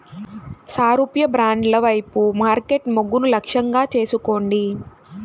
సారూప్య బ్రాండ్ల వైపు మార్కెట్ మొగ్గును లక్ష్యంగా చేసుకోండి